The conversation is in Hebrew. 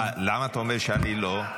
--- למה אתה אומר שאני לא?